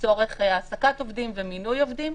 לצורך העסקת עובדים ומינוי עובדים,